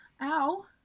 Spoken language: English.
ow